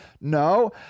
No